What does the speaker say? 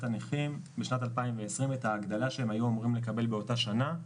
הנכים בשנת 2020 את ההגדלה שהם היו אמורים לקבל באותה שנה.